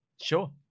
sure